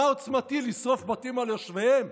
מה עוצמתי, לשרוף בתים על יושביהם?